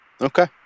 Okay